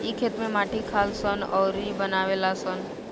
इ खेत में माटी खालऽ सन अउरऊ बनावे लऽ सन